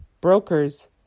brokers